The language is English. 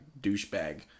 douchebag